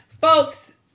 folks